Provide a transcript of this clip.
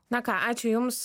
na ką ačiū jums